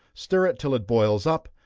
stir it till it boils up,